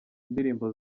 indirimbo